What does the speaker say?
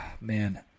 Man